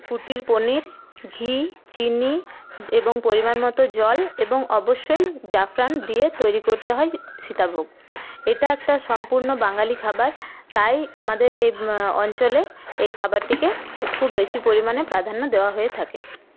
কুটির পনির ঘি চিনি এবং পরিমাণ মতো জল এবং অবশ্যই জাফরান দিয়ে তৈরি করতে হয় সীতাভোগ এটা একটা সম্পূর্ণ বাঙালি খাবার তাই আমাদের এই অঞ্চলে এই খাবারটিকে খুব বেশি পরিমাণে প্রাধান্য দেওয়া হয়ে থাকে